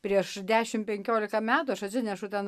prieš dešim penkiolika metų aš atsinešu ten